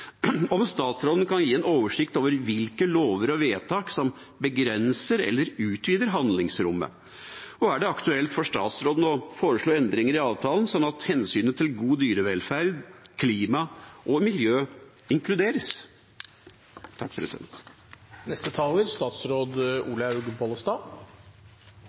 om statsråden kan gi en oversikt over hvilke lover og vedtak som begrenser eller utvider handlingsrommet, og om det er aktuelt for statsråden å foreslå endringer i avtalen, sånn at hensynet til god dyrevelferd, klima og miljø inkluderes.